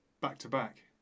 back-to-back